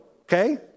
okay